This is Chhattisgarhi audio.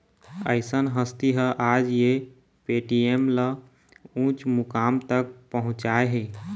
अइसन हस्ती ह आज ये पेटीएम ल उँच मुकाम तक पहुचाय हे